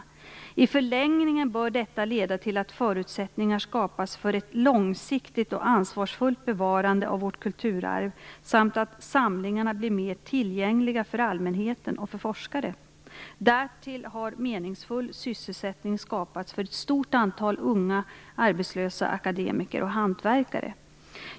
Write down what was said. I förlängningen bör detta leda till att förutsättningar skapas för ett långsiktigt och ansvarsfullt bevarande av vårt kulturarv samt att samlingarna blir mer tillgängliga för allmänheten och för forskare. Därtill har meningsfull sysselsättning skapats för ett stort antal unga arbetslösa akademiker och hantverkare.